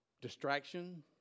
Distraction